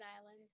Island